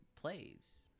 plays